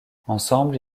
ensemble